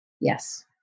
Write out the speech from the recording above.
Yes